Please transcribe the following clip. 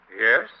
Yes